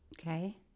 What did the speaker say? Okay